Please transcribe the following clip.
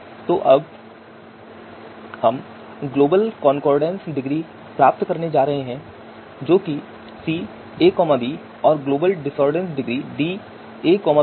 तो अब हम ग्लोबल कॉनकॉर्डेंस डिग्री प्राप्त करेंगे जो कि सी ए बी और global discordance degree D A B है